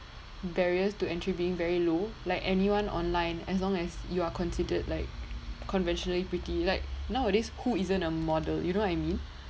barriers to entry being very low like anyone online as long as you are considered like conventionally pretty like nowadays who isn't a model you know I mean